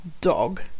dog